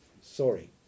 Sorry